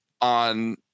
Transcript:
on